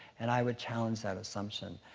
and i would challenge that assumption.